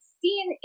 seen